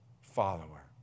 follower